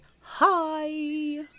Hi